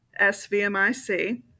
SVMIC